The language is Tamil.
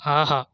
ஆஹா